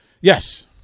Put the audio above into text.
Yes